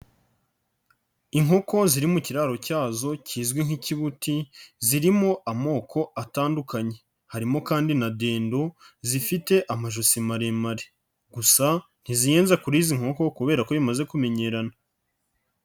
Inkoko ziri mu kiraro cyazo kizwi nk'ikibuti zirimo amoko atandukanye, harimo kandi nadendo zifite amajosi maremare gusa ntiziyenza kurizi nkoko kubera ko bimaze kumenyerana.